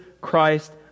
Christ